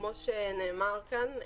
כמו שנאמר כאן,